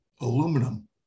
aluminum